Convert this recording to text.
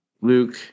Luke